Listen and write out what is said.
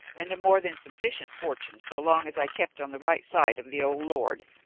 and a more than sufficient fortune so long as i kept on the right side of the old lord,